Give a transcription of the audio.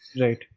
Right